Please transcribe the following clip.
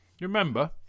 remember